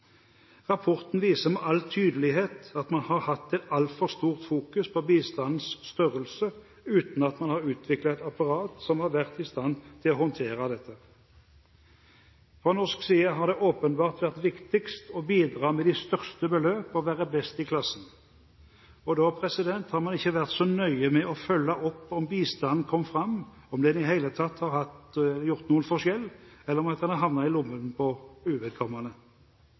Rapporten viser med all tydelighet at man har hatt et altfor stort fokus på bistandens størrelse uten at man har utviklet et apparat som har vært i stand til å håndtere dette. Fra norsk side har det åpenbart vært viktigst å bidra med de største beløp og være best i klassen. Da har man ikke vært så nøye med å følge opp om bistanden kom fram, om den i det hele tatt har gjort noen forskjell, eller om den kan ha havnet i lommene på uvedkommende.